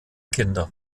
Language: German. kinder